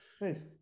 nice